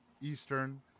eastern